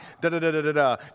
da-da-da-da-da